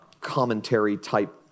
commentary-type